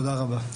תודה רבה.